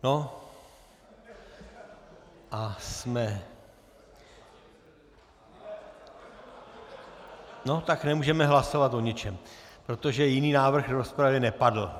No, a jsme no, tak nemůžeme hlasovat o ničem, protože jiný návrh v rozpravě nepadl.